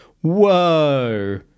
Whoa